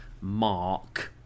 mark